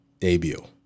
debut